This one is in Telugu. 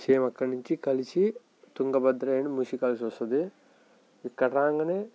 సేమ్ అక్కడ నుంచి కలిసి తుంగభద్ర అండ్ మూసీ కలిసి వస్తది ఇక్కడ రాగానే